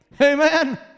Amen